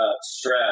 stress